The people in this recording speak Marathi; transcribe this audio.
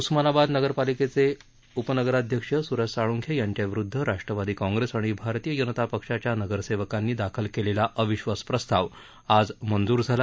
उस्मानाबाद नगरपालिकेचे उपनगराध्यक्ष सुरज साळुंके यांच्याविरुद्ध राष्ट्रवादी काँग्रेस आणि भारतीय जनता पक्षाच्या नगरसेवकांनी दाखल केलेला अविश्वास प्रस्ताव आज मंजूर झाला